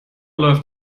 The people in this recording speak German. läuft